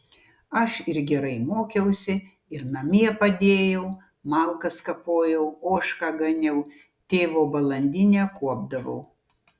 aš ir gerai mokiausi ir namie padėjau malkas kapojau ožką ganiau tėvo balandinę kuopdavau